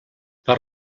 per